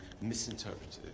misinterpreted